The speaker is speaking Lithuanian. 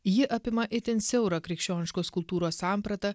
ji apima itin siaurą krikščioniškos kultūros sampratą